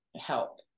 help